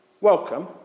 welcome